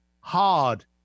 hard